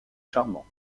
charmant